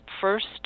first